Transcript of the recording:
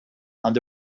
and